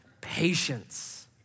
Patience